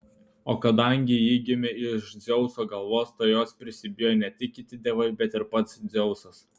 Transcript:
o kadangi ji gimė iš dzeuso galvos tai jos prisibijojo ne tik kiti dievai bet ir pats dzeusas